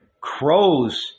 crows